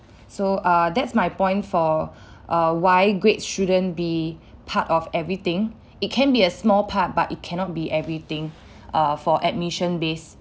so uh that's my point for uh why grades shouldn't be part of everything it can be a small part but it cannot be everything uh for admission based